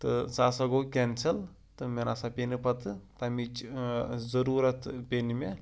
تہٕ سُہ ہَسا گوٚو کٮ۪نسَل تہٕ مےٚ نہ ہسا پے نہٕ پَتہٕ تَمِچ ضٔروٗرت پے نہٕ مےٚ